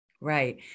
Right